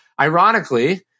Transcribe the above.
ironically